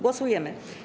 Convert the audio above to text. Głosujemy.